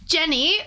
Jenny